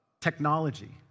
technology